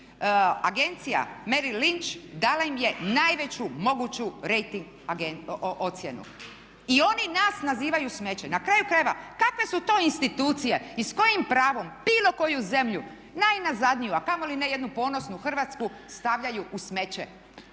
agencija Merrill Lynch dala im je najveću moguću rejting ocjenu. I oni nas nazivaju smeće. Na kraju krajeva kakve su to institucije i s kojim pravom bilo koju zemlju najnazadniju a kamoli jednu ponosnu Hrvatsku stavljaju u smeće.